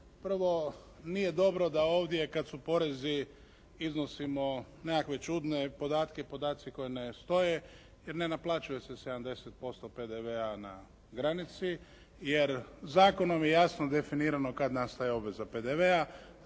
Prvo, nije dobro da ovdje kad su porezi iznosimo nekakve čudne podatke i podaci koji ne stoje jer ne naplaćuje se 70% PDV-a na granici jer zakonom je jasno definirano kad nastaje obveza PDV-a,